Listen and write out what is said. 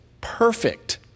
perfect